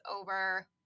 over